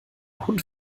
hund